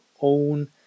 own